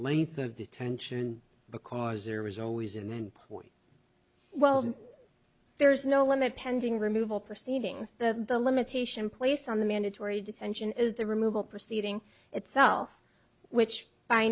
length of detention because there is always in the end point well there is no limit pending removal proceedings the the limitation placed on the mandatory detention is the removal proceeding itself which by